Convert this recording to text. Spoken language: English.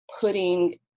putting